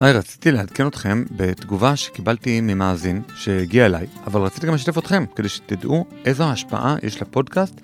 היי, רציתי לעדכן אתכם בתגובה שקיבלתי ממאזין שהגיעה אליי, אבל רציתי גם לשתף אתכם כדי שתדעו איזו ההשפעה יש לפודקאסט.